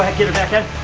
get her back end.